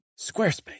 Squarespace